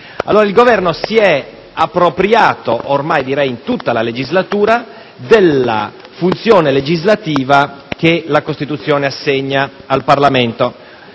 Governo allora si è appropriato, ormai direi in tutta la legislatura, della funzione legislativa che la Costituzione assegna al Parlamento.